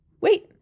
wait